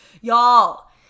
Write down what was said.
Y'all